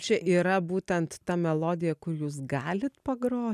čia yra būtent ta melodija kur jūs galit pagro